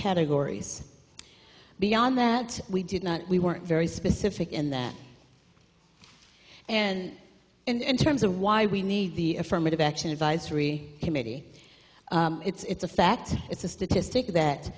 categories beyond that we did not we weren't very specific in that and in terms of why we need the affirmative action advisory committee it's a fact it's a statistic that